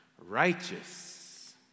righteous